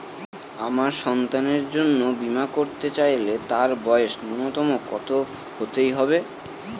আমার সন্তানের জন্য বীমা করাতে চাইলে তার বয়স ন্যুনতম কত হতেই হবে?